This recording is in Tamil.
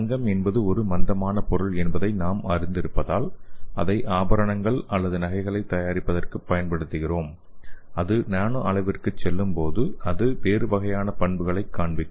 தங்கம் என்பது ஒரு மந்தமான பொருள் என்பதை நாம் அறிந்திருப்பதால் அதை ஆபரணங்கள் அல்லது நகைகளை தயாரிப்பதற்குப் பயன்படுத்துகிறோம் அது நானோ அளவிற்குச் செல்லும்போது அது வேறு வகையான பண்புகளைக் காண்பிக்கும்